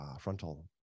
frontal